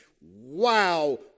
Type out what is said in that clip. Wow